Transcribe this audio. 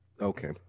Okay